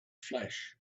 flesh